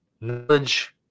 knowledge